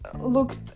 looked